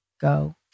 go